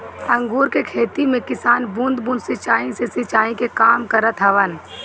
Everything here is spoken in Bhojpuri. अंगूर के खेती में किसान बूंद बूंद सिंचाई से सिंचाई के काम करत हवन